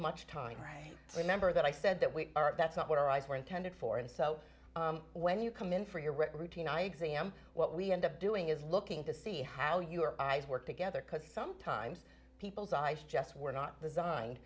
much time remember that i said that we are that's not what our eyes were intended for and so when you come in for your routine i examine what we end up doing is looking to see how your eyes work together because sometimes people's eyes just were not designed